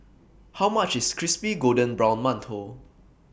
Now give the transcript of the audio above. How much IS Crispy Golden Brown mantou